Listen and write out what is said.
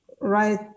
right